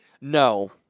No